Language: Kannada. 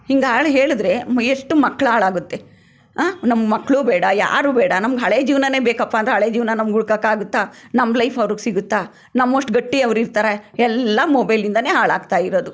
ಹಿಂಗೆ ಹಾಳು ಹೇಳಿದ್ರೆ ಮ್ ಎಷ್ಟು ಮಕ್ಳು ಹಾಳಾಗುತ್ತೆ ನಮ್ಗೆ ಮಕ್ಕಳು ಬೇಡ ಯಾರೂ ಬೇಡ ನಮ್ಗೆ ಹಳೆ ಜೀವನಾನೇ ಬೇಕಪ್ಪಾ ಅಂದರೆ ಹಳೆ ಜೀವನ ನಮ್ಗೆ ಹುಡ್ಕೋಕ್ಕಾಗುತ್ತಾ ನಮ್ಮ ಲೈಫ್ ಅವ್ರಿಗೆ ಸಿಗುತ್ತಾ ನಮ್ಮಷ್ಟು ಗಟ್ಟಿ ಅವ್ರಿರ್ತಾರಾ ಎಲ್ಲ ಮೊಬೈಲಿಂದಾಲೇ ಹಾಳಾಗ್ತಾಯಿರೋದು